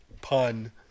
pun